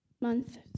month